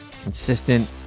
consistent